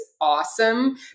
Awesome